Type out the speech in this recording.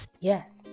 yes